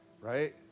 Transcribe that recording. Right